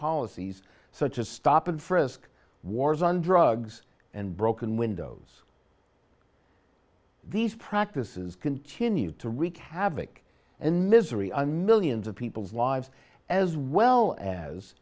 policies such as stop and frisk wars on drugs and broken windows these practices continue to wreak havoc and misery and millions of people's lives as well as